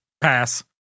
Pass